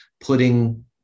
putting